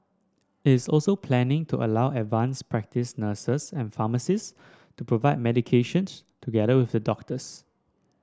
it is also planning to allow advanced practice nurses and pharmacist to prescribe medications together with the doctors